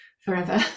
forever